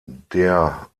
der